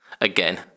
Again